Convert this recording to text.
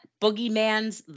Boogeyman's